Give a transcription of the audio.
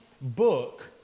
book